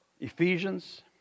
Ephesians